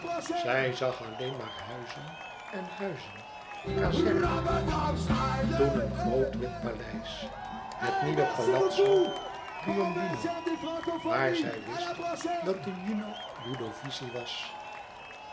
zij zag alleen maar huizen en huizen kazernehuizen toen een groot wit paleis het nieuwe palazzo piombino waar zij wist dat de juno ludovisi was